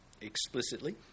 explicitly